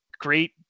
great